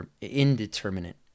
indeterminate